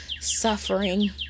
suffering